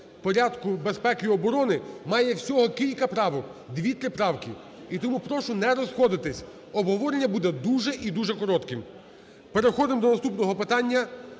порядку безпеки і оборони має всього кілька правок, дві-три правки. І тому прошу не розходитись, обговорення буде дуже і дуже коротким. Переходимо до наступного питання